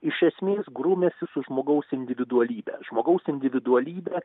iš esmės grūmiasi su žmogaus individualybe žmogaus individualybė